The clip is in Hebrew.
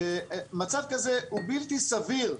מצב כזה הוא בלתי סביר.